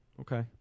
Okay